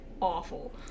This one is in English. awful